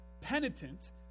penitent